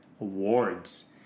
awards